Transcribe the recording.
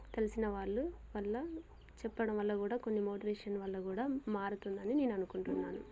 తెలిసిన వాళ్ళు వల్ల చెప్పడం వల్ల కూడా కొన్ని మోటివేషన్ వల్ల కూడా మారుతుందని నేను అనుకుంటున్నాను